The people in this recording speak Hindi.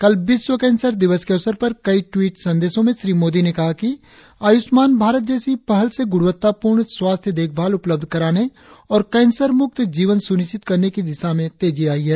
कल विश्व कैंसर दिवस के अवसर पर कई ट्वीट संदेशों में श्री मोदी ने कहा कि आयुष्मान भारत जैसी पहल से गुणवत्तापूर्ण स्वास्थ्य देखभाल उपलब्ध कराने और कैंसर मुक्त जीवन सुनिश्चित करने की दिशा में तेजी आई है